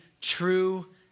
true